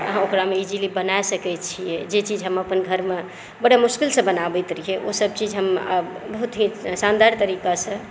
आहाँ ओकरामे इजीली बनाय सकै छियै जे चीज हम अपन घर मे बड़ा मुश्किलसँ बनाबैत रहियै ओ सब चीज हम बहुत ही शानदार तरीकासँ